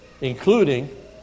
including